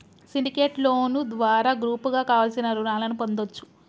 syndicate loan ద్వారా గ్రూపుగా కావలసిన రుణాలను పొందొచ్చు